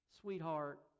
Sweetheart